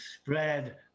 spread